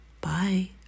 Bye